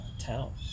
town